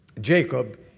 Jacob